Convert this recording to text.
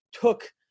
took